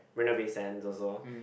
Marina-Bay-Sands also